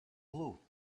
blue